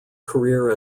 career